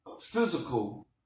physical